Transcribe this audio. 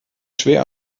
schwer